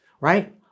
right